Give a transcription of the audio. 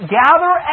gather